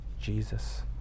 Jesus